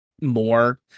more